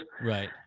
Right